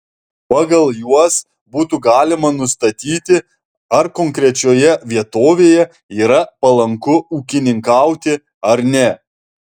pagal juos būtų galima nustatyti ar konkrečioje vietovėje yra palanku ūkininkauti ar ne